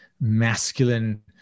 masculine